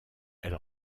elle